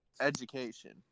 Education